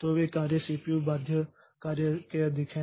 तो वे कार्य सीपीयू बाध्य कार्य के अधिक हैं